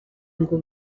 ngo